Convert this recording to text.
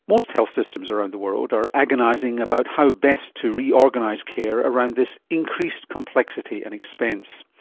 most health systems around the world are agonising about how best to reorganise care around this increased complexity and expense.